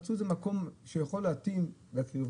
מצאו לזה מקום מתאים, אבל הייתה הרבה